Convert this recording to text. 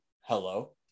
hello